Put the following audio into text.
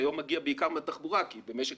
שהיום מגיעה בעיקר מהתחבורה כי במשק